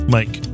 Mike